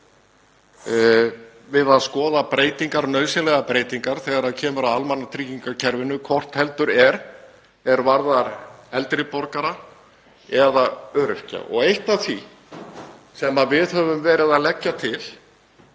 við að skoða breytingar, nauðsynlegar breytingar þegar kemur að almannatryggingakerfinu, hvort heldur er varðar eldri borgara eða öryrkja. Eitt af því sem við höfum verið að leggja til